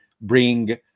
bring